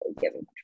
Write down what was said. given